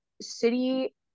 City